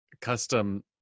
custom